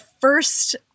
first